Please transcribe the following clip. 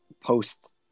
post